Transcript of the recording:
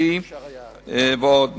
השירותי ועוד.